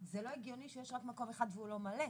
זה לא הגיוני שיש רק מקום אחד והוא לא מלא.